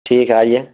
ٹھیک ہے آئیے